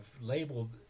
labeled